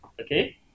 okay